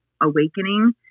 awakening